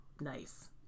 nice